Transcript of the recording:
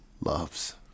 loves